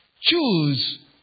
Choose